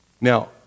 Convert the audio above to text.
Now